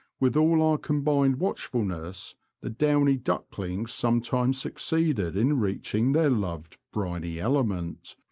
with all our combined watch fulness the downy ducklings sometimes suc seeded in reaching their loved briny element,